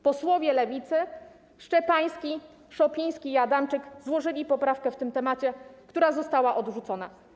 Posłowie Lewicy: Szczepański, Szopiński i Adamczyk złożyli poprawkę w tym zakresie, która została odrzucona.